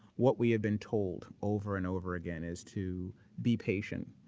what we have been told over and over again is to be patient,